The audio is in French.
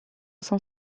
cent